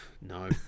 No